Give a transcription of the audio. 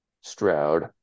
Stroud